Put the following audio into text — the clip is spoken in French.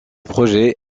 projet